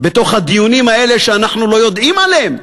בתוך הדיונים האלה, שאנחנו לא יודעים עליהם.